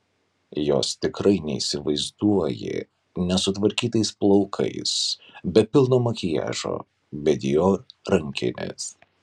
jos tikrai neįsivaizduoji nesutvarkytais plaukais be pilno makiažo be dior rankinės